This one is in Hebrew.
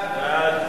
סעיף